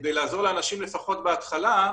כדי לעזור לאנשים לפחות בהתחלה,